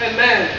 Amen